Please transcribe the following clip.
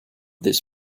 this